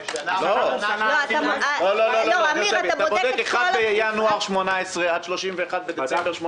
אתה בודק 1 בינואר 2018 עד 31 בדצמבר 2018